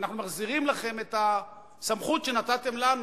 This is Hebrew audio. אנחנו מחזירים לכם את הסמכות שנתתם לנו